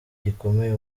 gikomeye